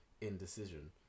indecision